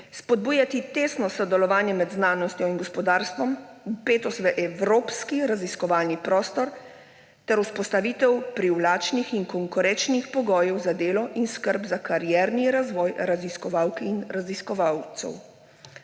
spodbujati tesno sodelovanje med znanostjo in gospodarstvom, vpetost v evropski raziskovalni prostor ter vzpostavitev privlačnih in konkurenčnih pogojev za delo in skrb za karierni razvoj raziskovalk in raziskovalcev.